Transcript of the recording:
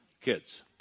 kids